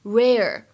rare